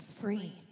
free